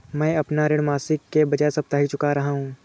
मैं अपना ऋण मासिक के बजाय साप्ताहिक चुका रहा हूँ